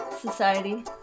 Society